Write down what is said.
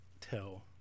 tell